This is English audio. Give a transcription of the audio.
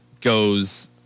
goes